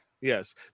Yes